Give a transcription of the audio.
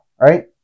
right